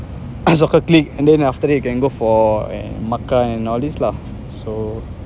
soccer click then after that can go for makan and all these lah so